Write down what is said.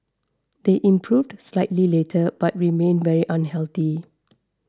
they improved slightly later but remained very unhealthy